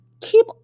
keep